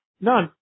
none